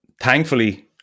thankfully